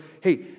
hey